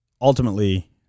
ultimately